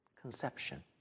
Conception